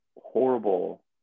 horrible